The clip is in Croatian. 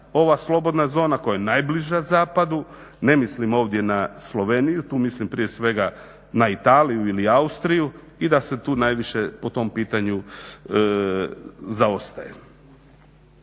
slobodna zona koja je najbliža zapadu, ne mislim ovdje na Sloveniju, tu mislim prije svega na Italiju ili Austriju i da se tu najviše po tom pitanju zaostaje.